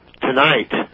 tonight